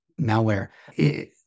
malware